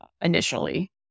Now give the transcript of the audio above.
initially